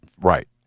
right